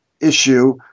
issue